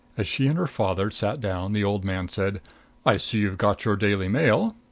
as she and her father sat down the old man said i see you've got your daily mail.